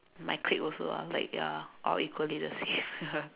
my clique also ah like ya all equally the same ya